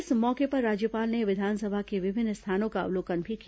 इस मौके पर राज्यपाल ने विधानसभा के विभिन्न स्थानों का अवलोकन भी किया